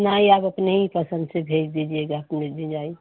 नहीं आप अपनी ही पसन्द से भेज दीजिएगा अपने डिज़ाइन